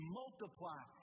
multiply